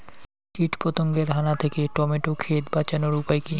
কীটপতঙ্গের হানা থেকে টমেটো ক্ষেত বাঁচানোর উপায় কি?